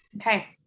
okay